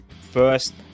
First